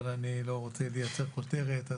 אבל אני לא רוצה לייצר כותרת.